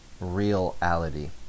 reality